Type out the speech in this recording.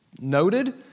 noted